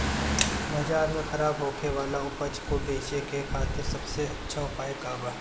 बाजार में खराब होखे वाला उपज को बेचे के खातिर सबसे अच्छा उपाय का बा?